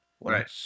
Right